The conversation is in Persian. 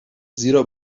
زیرا